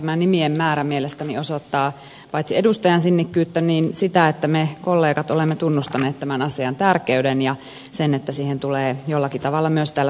tämä nimien määrä mielestäni osoittaa paitsi edustajan sinnikkyyttä myös sitä että me kollegat olemme tunnustaneet tämän asian tärkeyden ja sen että siihen tulee jollakin tavalla myös täällä suomessa puuttua